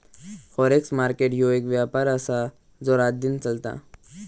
forex market ह्यो एक व्यापार आसा जो रातदिन चलता